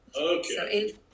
okay